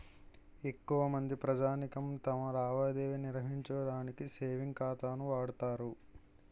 ఎక్కువమంది ప్రజానీకం తమ లావాదేవీ నిర్వహించడానికి సేవింగ్ ఖాతాను వాడుతారు